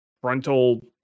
frontal